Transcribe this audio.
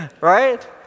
right